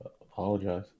Apologize